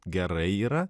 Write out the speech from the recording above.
gerai yra